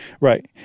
Right